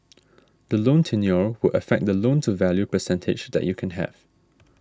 the loan tenure will affect the loan to value percentage that you can have